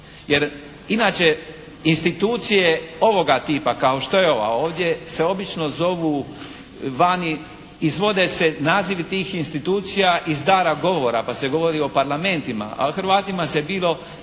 jer inače institucije ovoga tipa kao što je ova ovdje se obično zovu vani, izvode se nazivi tih institucija iz dara govora pa se govori o parlamentima, ali Hrvatima se bilo